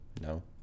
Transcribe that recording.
No